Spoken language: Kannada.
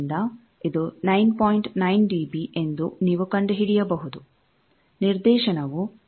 9 ಡಿಬಿ ಎಂದು ನೀವು ಕಂಡುಹಿಡಿಯಬಹುದು ನಿರ್ದೇಶನವು 20 log|S13 S1 4| ಆದ್ದರಿಂದ 3